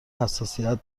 حساسیت